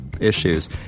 issues